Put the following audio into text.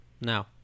now